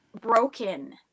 broken